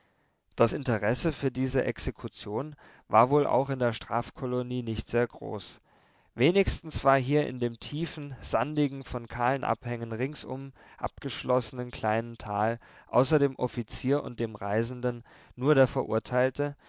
das interesse für diese exekution war wohl auch in der strafkolonie nicht sehr groß wenigstens war hier in dem tiefen sandigen von kahlen abhängen ringsum abgeschlossenen kleinen tal außer dem offizier und dem reisenden nur der verurteilte